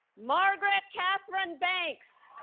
margaret katherine banks